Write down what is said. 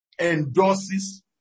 endorses